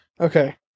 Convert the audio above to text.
Okay